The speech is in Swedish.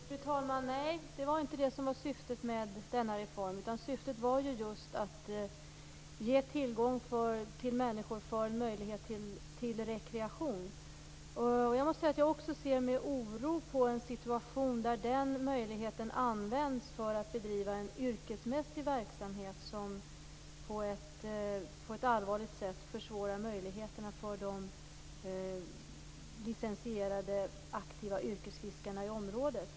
Fru talman! Nej, det var inte det som var syftet med reformen. Syftet var i stället just att ge människor tillgång och möjligheter till rekreation. Jag måste säga att också jag ser med oro på en situation där den här möjligheten används för att bedriva yrkesmässig verksamhet som på ett allvarligt sätt försvårar möjligheterna för de licensierade aktiva yrkesfiskarna i området.